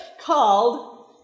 called